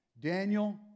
Daniel